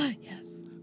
Yes